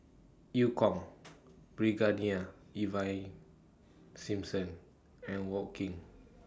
EU Kong Brigadier Ivan Simson and Wong Keen